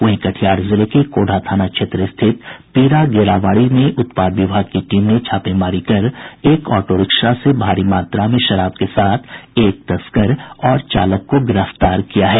वहीं कटिहार जिले के कोढ़ा थाना क्षेत्र स्थित पीरा गेराबाड़ी में उत्पाद विभाग की टीम ने छापेमारी कर एक ऑटो रिक्शा से भारी मात्रा में शराब के साथ एक तस्कर और चालक को गिरफ्तार किया है